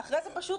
אחרי זה פשוט